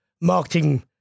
marketing